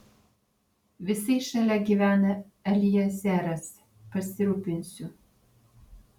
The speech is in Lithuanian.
visai šalia gyvena eliezeras pasirūpinsiu